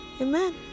Amen